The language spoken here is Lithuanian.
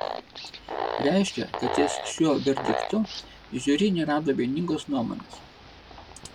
reiškia kad ties šiuo verdiktu žiuri nerado vieningos nuomonės